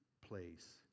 place